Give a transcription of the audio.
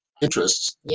interests